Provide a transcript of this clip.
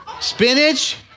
Spinach